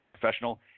professional